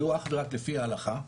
יהיו אך ורק לפי ההלכה.